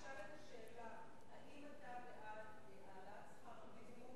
תשאל את השאלה: האם אתה בעד העלאת שכר המינימום